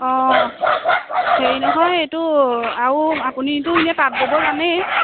অঁ হেৰি নহয় এইটো আৰু আপুনিটো এনেই তাঁত ব'ব জানেই